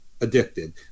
addicted